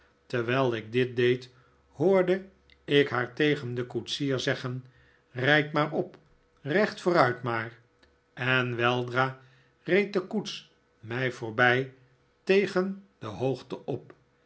terwijl ik dit deed hoorde ik haar tegen den koetsier zeggen rijd maar op recht vooruit maar en weldra reed de koets mij voorbij tegen de hoogte op